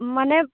ᱢᱟᱱᱮ